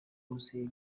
uzige